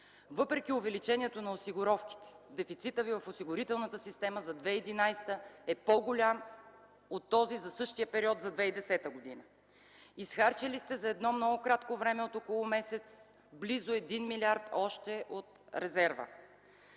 Въпреки увеличението на осигуровките дефицитът ви в осигурителната система за 2011 г. е по-голям от този за същия период за 2010 г. Изхарчили сте за едно много кратко време – от около месец, близо още 1 милиард от резерва.